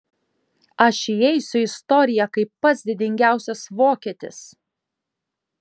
aš įeisiu į istoriją kaip pats didingiausias vokietis